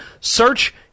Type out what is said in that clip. Search